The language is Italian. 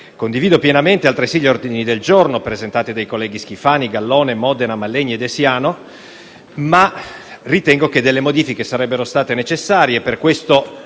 Condivido pienamente altresì gli ordini del giorno presentati dai colleghi Schifani, Gallone, Modena, Mallegni e De Siano, ma ritengo che delle modifiche sarebbero state necessarie.